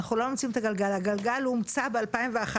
הגלגל הומצא ב-2011,